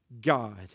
God